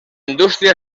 indústria